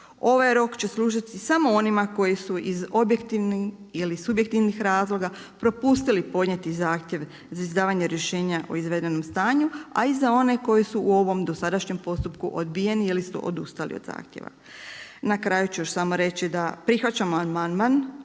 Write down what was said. Ovaj rok će služiti samo onima koji su iz objektivnih ili subjektivnih razloga propustili podnijeti zahtjev za izdavanje rješenja o izvedenom stanju, a iza one koji su u ovom dosadašnjem postupku odbijeni ili su odustali od zahtjeva. Na kraju ću još samo reći prihvaćamo amandman